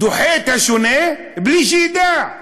דוחה את השונה בלי שידע.